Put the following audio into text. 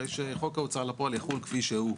הרי שחוק ההוצאה לפועל יחול כפי שהוא.